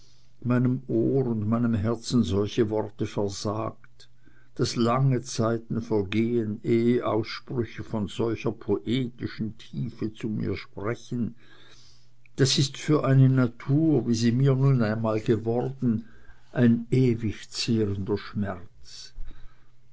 meinem ohr und meinem herzen solche worte versagt daß lange zeiten vergehen ehe aussprüche von solcher poetischen tiefe zu mir sprechen das ist für eine natur wie sie mir nun mal geworden ein ewig zehrender schmerz